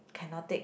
cannot take